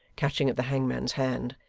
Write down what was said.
catching at the hangman's hand.